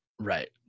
Right